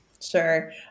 Sure